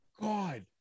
God